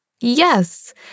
Yes